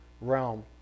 realm